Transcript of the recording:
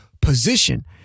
position